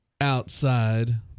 outside